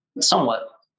Somewhat